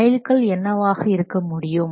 mile கல் என்னவாக இருக்க முடியும்